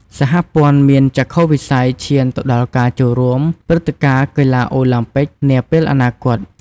សហព័ន្ធមានចក្ខុវិស័យឈានទៅដល់ការចូលរួម ព្រឹត្តិការណ៍កីឡាអូឡាំពិកនាពេលអនាគត។